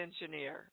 engineer